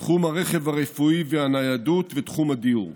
תחום הרכב הרפואי והניידות ותחום הדיור,